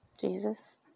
Jesus